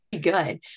good